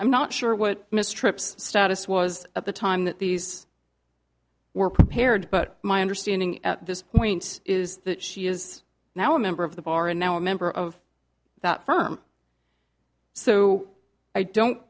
i'm not sure what mr tripp's status was at the time that these were prepared but my understanding at this point is that she is now a member of the bar and now a member of that firm so i don't